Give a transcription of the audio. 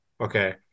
Okay